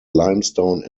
limestone